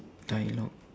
dialogue